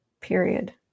period